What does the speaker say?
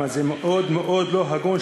זה מאוד מאוד לא הגון,